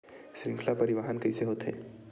श्रृंखला परिवाहन कइसे होथे?